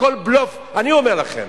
הכול בלוף, אני אומר לכם.